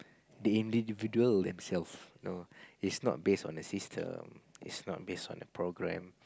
the individual themselves you know it's not based on the system it's not based on the program